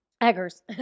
Eggers